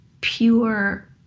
pure